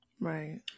Right